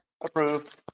Approved